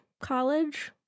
College